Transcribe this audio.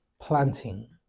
planting